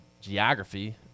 geography